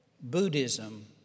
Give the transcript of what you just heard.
Buddhism